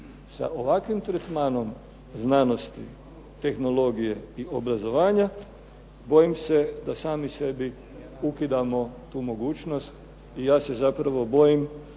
Sa ovakvim tretmanom znanosti, tehnologije i obrazovanja bojim se da sami sebi ukidamo tu mogućnost i ja se zapravo bojim